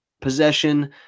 possession